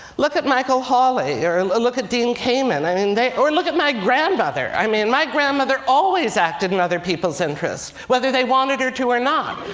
look at michael hawley, or and and look at dean kamen, i mean or and look at my grandmother. i mean my grandmother always acted in other people's interests, whether they wanted her to or not.